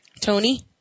Tony